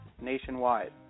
nationwide